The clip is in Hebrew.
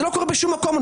זה לא קורה בשום מקום.